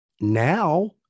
now